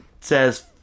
says